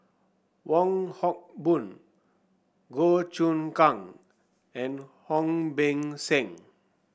Wong Hock Boon Goh Choon Kang and Ong Beng Seng